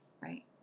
right